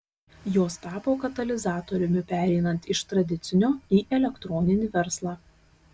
jos tapo katalizatoriumi pereinant iš tradicinio į elektroninį verslą